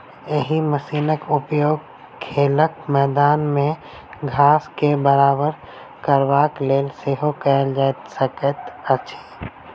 एहि मशीनक उपयोग खेलक मैदान मे घास के बराबर करबाक लेल सेहो कयल जा सकैत अछि